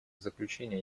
заключение